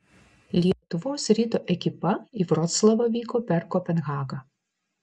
lietuvos ryto ekipa į vroclavą vyko per kopenhagą